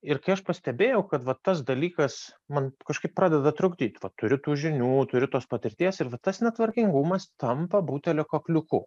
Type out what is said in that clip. ir kai aš pastebėjau kad vat tas dalykas man kažkaip pradeda trukdyti va turiu tų žinių turiu tos patirties ir va tas netvarkingumas tampa butelio kakliuku